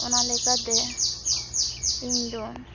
ᱚᱱᱟ ᱞᱮᱠᱟᱛᱮ ᱤᱧᱫᱚ